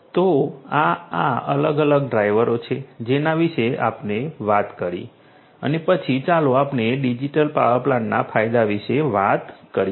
તો આ આ અલગ અલગ ડ્રાઇવરો છે જેના વિશે આપણે વાત કરી અને પછી ચાલો આપણે ડિજિટલ પાવર પ્લાન્ટના ફાયદા વિશે વાત કરીએ